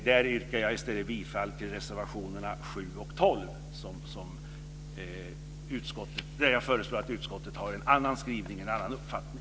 Där yrkar jag i stället bifall till reservationerna 7 och 12, i vilka jag föreslår att utskottet ska ha en annan uppfattning.